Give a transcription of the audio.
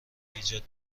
ایجاد